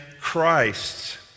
Christ